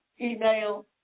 email